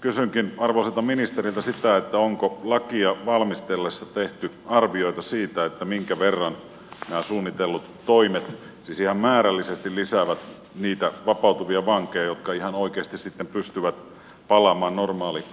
kysynkin arvoisalta ministeriltä onko lakia valmistellessa tehty arvioita siitä minkä verran nämä suunnitellut toimet siis ihan määrällisesti lisäävät niitä vapautuvia vankeja jotka ihan oikeasti sitten pystyvät palaamaan